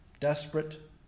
desperate